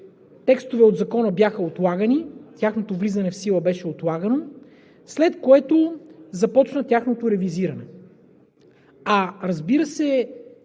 текстове от Закона бяха отлагани – тяхното влизане в сила беше отлагано, след което започна тяхното ревизиране. А, разбира се,